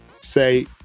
say